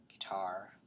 guitar